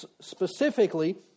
specifically